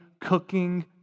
cooking